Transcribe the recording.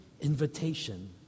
invitation